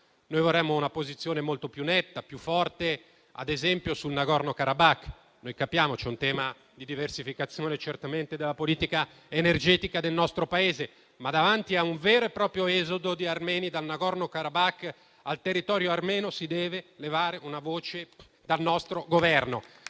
Noi vorremmo una posizione molto più netta e forte, ad esempio, sul Nagorno Karabakh. Capiamo che c'è un tema di diversificazione, certamente, della politica energetica del nostro Paese, ma davanti a un vero e proprio esodo di armeni dal Nagorno Karabakh al territorio armeno si deve levare una voce dal nostro Governo.